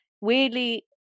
weirdly